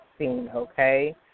okay